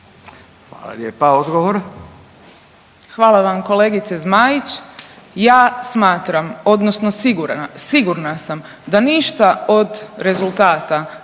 Hvala vam kolegice Zmaić. Ja smatram odnosno sigurna sam da ništa od rezultata